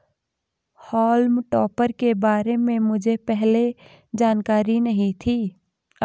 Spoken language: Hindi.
हॉल्म टॉपर के बारे में मुझे पहले जानकारी नहीं थी